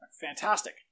Fantastic